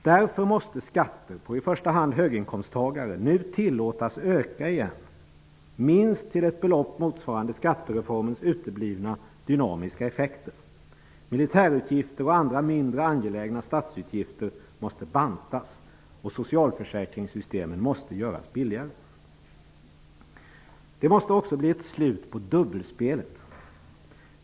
Därför måste skatter på i första hand höginkomsttagare nu tillåtas öka igen, minst till ett belopp motsvarande skattereformens uteblivna dynamiska effekter. Militärutgifter och andra mindre angelägna statsutgifter måste bantas, och socialförsäkringssystemen måste göras billigare. Det måste bli ett slut på dubbelspelet.